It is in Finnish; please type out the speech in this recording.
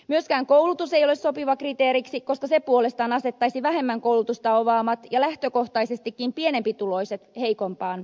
myöskään koulutus ei ole sopiva kriteeriksi koska se puolestaan asettaisi vähemmän koulutusta omaavat ja lähtökohtaisestikin pienempituloiset heikompaan asemaan